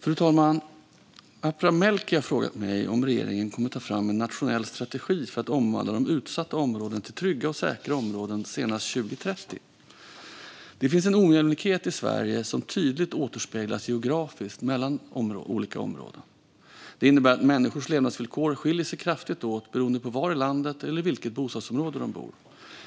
Fru talman! Aphram Melki har frågat mig om regeringen kommer att ta fram en nationell strategi för att omvandla de utsatta områdena till trygga och säkra områden senast 2030. Det finns en ojämlikhet i Sverige som tydligt återspeglas geografiskt mellan olika områden. Det innebär att människors levnadsvillkor skiljer sig kraftigt åt beroende på var i landet eller i vilket bostadsområde de bor.